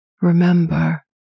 remember